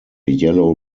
yellow